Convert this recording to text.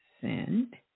Send